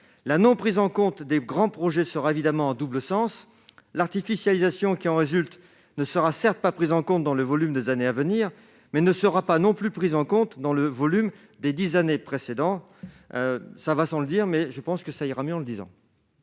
La non-prise en compte des grands projets sera évidemment à double sens : l'artificialisation qui en résulte ne sera, certes, pas prise en compte dans le volume des années à venir, mais elle ne le sera pas non plus dans le volume des dix années précédentes. Cela va sans dire, mais cela va mieux en le disant